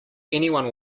anyone